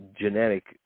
genetic